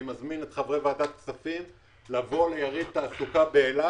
אני מזמין את חברי ועדת כספים לבוא ליריד תעסוקה באילת